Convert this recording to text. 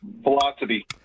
Velocity